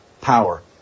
power